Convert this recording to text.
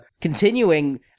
continuing